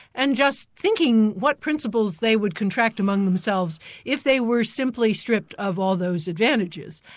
and just thinking what principles they would contract among themselves if they were simply stripped of all those advantages.